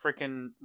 freaking